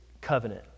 covenant